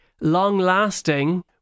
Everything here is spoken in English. long-lasting